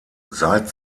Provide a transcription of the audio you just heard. seit